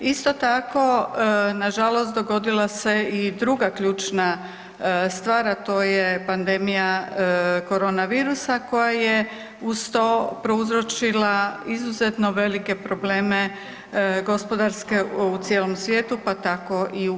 Isto tako nažalost dogodila se i druga ključna stvar, a to je pandemija korona virusa koja je uz to prouzročila izuzetno velike probleme gospodarske u cijelom svijetu pa tako i u EU.